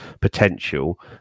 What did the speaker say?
potential